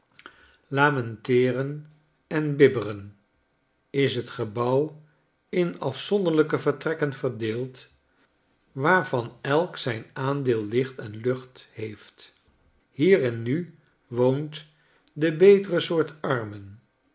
lamenteeren en bibberen is het gebouw in afzonderlijke vertrekken verdeeld waarvan elk zijn aandeel licht en lucht heeft hierin nu woont de betere soort armen